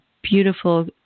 beautiful